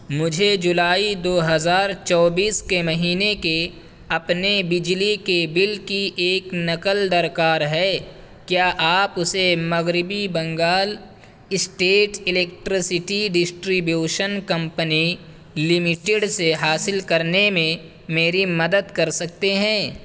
مجھے جولائی دو ہزار چوبیس کے مہینے کے اپنے بجلی کے بل کی ایک نقل درکار ہے کیا آپ اسے مغربی Bengal state electricity distribution company limited سے حاصل کرنے میں میری مدد کر سکتے ہیں